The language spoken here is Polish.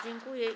Dziękuję.